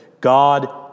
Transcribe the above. God